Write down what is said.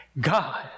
God